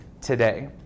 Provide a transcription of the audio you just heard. today